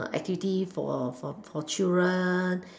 activity for for for children